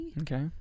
Okay